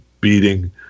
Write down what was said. beating